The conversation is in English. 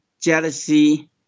jealousy